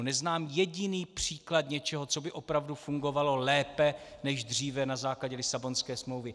Neznám jediný příklad něčeho, co by opravdu fungovalo lépe než dříve na základě Lisabonské smlouvy.